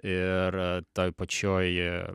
ir toj pačioj